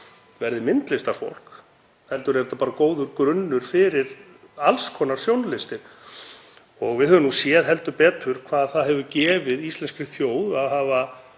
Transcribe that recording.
verði myndlistarfólk heldur er það bara góður grunnur fyrir alls konar sjónlistir. Við höfum heldur betur séð hvað það hefur gefið íslenskri þjóð að hafa